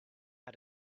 how